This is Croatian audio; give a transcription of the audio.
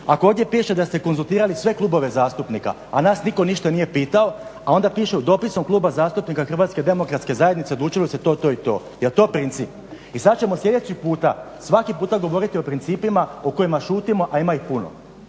Ako ovdje piše da ste konzultirali sve klubove zastupnika, a nas nitko ništa nije pitao, a onda piše u dopisu Kluba zastupnika HDZ-a odlučilo se to, to i to. Jel to princip? I sada ćemo sljedeći puta svaki puta govoriti o principima o kojima šutimo, a ima ih puno